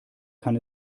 kann